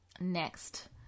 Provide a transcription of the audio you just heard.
next